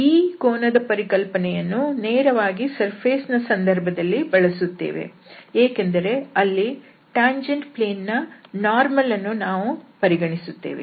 ಈ ಕೋನದ ಪರಿಕಲ್ಪನೆಯನ್ನು ನೇರವಾಗಿ ಸರ್ಫೇಸ್ ನ ಸಂದರ್ಭದಲ್ಲಿ ಬಳಸುತ್ತೇವೆ ಏಕೆಂದರೆ ಅಲ್ಲಿ ಟ್ಯಾಂಜೆಂಟ್ ಪ್ಲೇನ್ ನ ಲಂಬರೇಖೆ ಯನ್ನು ನಾವು ಪರಿಗಣಿಸುತ್ತೇವೆ